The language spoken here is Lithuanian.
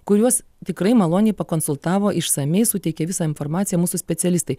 kuriuos tikrai maloniai pakonsultavo išsamiai suteikė visą informaciją mūsų specialistai